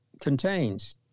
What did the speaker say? contains